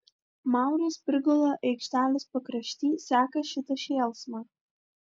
mauras prigula aikštelės pakrašty seka šitą šėlsmą